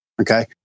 Okay